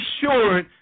sure